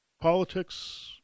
politics